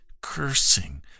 cursing